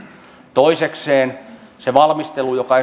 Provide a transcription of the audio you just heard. toisekseen sitä valmistelua joka